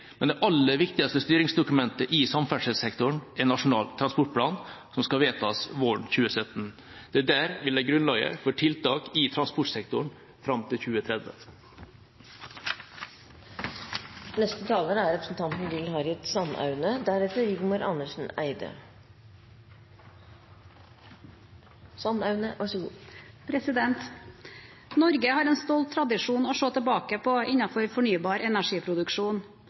Men det aller viktigste styringsdokumentet i samferdselssektoren er Nasjonal transportplan, som skal vedtas våren 2017. Det er der vi legger grunnlaget for tiltak i transportsektoren fram til 2030. Norge har en stolt tradisjon å se tilbake på innenfor fornybar